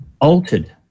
altered